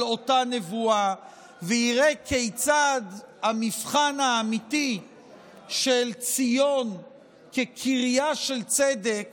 אותה נבואה ויראה כיצד המבחן האמיתי של ציון כקריה של צדק